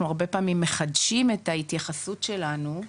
הרבה פעמים מחדשים את ההתייחסות שלנו,